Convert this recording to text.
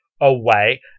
away